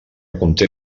conté